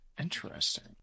Interesting